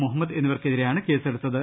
മുഹമ്മദ് എന്നിവർക്കെതിരെയാണ് കേസ് എടുത്തത്